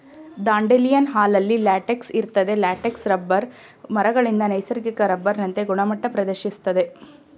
dandelion ಹಾಲಲ್ಲಿ latex ಇರ್ತದೆ latex rubber ಮರಗಳಿಂದ ನೈಸರ್ಗಿಕ ರಬ್ಬರ್ನಂತೆ ಗುಣಮಟ್ಟ ಪ್ರದರ್ಶಿಸ್ತದೆ